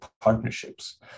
partnerships